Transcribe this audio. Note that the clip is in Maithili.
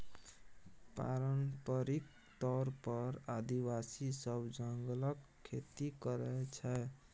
पारंपरिक तौर पर आदिवासी सब जंगलक खेती करय छै